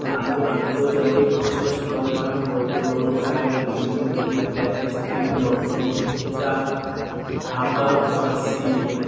আমি আন্তর্জাতিক পাঁচটা শহরের নাম বলতে পারব এক দিল্লি দুই প্যারিস তিন লন্ডন চার ঢাকা পাঁচ সিডনি